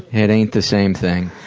it ain't the same thing.